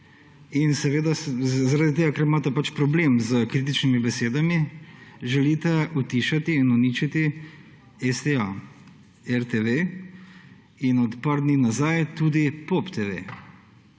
in seveda zaradi tega, ker imate pač problem s kritičnimi besedami, želite utišati in uničiti STA, RTV in od par dni nazaj tudi POP TV.